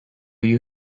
you